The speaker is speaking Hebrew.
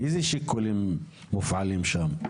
איזה שיקולים מופעלים שם?